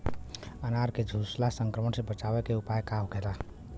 अनार के झुलसा संक्रमण से बचावे के उपाय का होखेला?